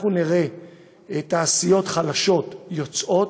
אנחנו נראה תעשיות חלשות יוצאות,